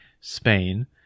Spain